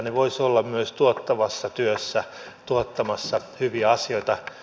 ne voisivat olla myös tuottavassa työssä tuottamassa hyviä asioita